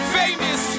famous